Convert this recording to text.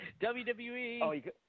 WWE